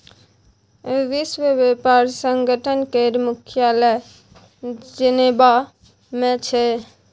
विश्व बेपार संगठन केर मुख्यालय जेनेबा मे छै